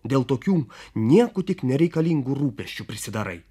dėl tokių niekų tik nereikalingų rūpesčių prisidarai